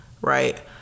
right